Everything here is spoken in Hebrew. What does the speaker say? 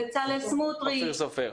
בצלאל סמוטריץ',